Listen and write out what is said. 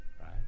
Right